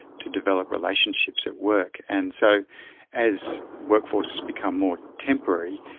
to develop relationships at work. and so as workforces become more temporary,